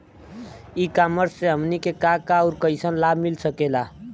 E commerce से हमनी के का का अउर कइसन लाभ मिल सकेला?